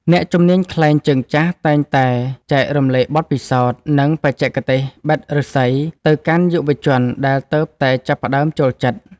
អ្នកជំនាញខ្លែងជើងចាស់តែងតែចែករំលែកបទពិសោធន៍ និងបច្ចេកទេសបិតឫស្សីទៅកាន់យុវជនដែលទើបតែចាប់ផ្ដើមចូលចិត្ត។